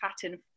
pattern